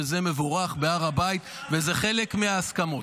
שזה מבורך וזה חלק מההסכמות.